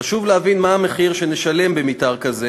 חשוב להבין מה המחיר שנשלם במתאר כזה